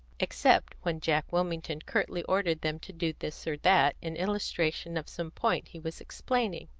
except when jack wilmington curtly ordered them to do this or that in illustration of some point he was explaining.